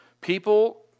People